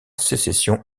sécession